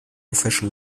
official